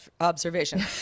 observation